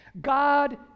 God